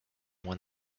won